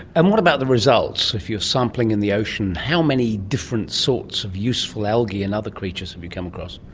and what about the results? if you're sampling in the ocean, how many different sorts of useful algae and other creatures have you come across?